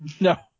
No